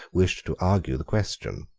wished to argue the question.